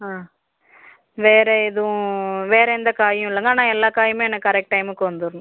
ஆ வேறு எதுவும் வேறு எந்த காயும் இல்லைங்க ஆனால் எல்லா காயும் எனக்கு கரெக்ட் டைமுக்கு வந்துடணும்